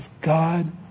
God